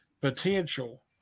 potential